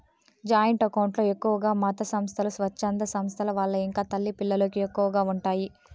joint account లో ఎక్కువగా మతసంస్థలు, స్వచ్ఛంద సంస్థల వాళ్ళు ఇంకా తల్లి పిల్లలకు ఎక్కువగా ఉంటాయి